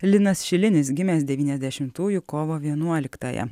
linas šilinis gimęs devyniasdešimtųjų kovo vienuoliktąją